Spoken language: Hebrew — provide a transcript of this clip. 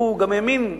הוא גם האמין בשלום,